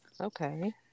okay